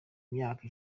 myaka